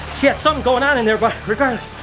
she had something going on in there, but regardless,